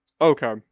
okay